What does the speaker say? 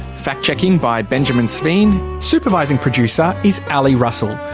fact checking by benjamin sveen. supervising producer is ali russell.